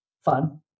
fun